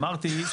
אמרתי שפנו אליי.